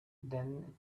then